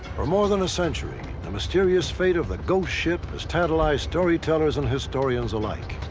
for more than a century, the mysterious fate of the ghost ship has tantalized storytellers and historians alike.